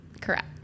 Correct